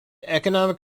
economic